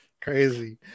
Crazy